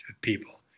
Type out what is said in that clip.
people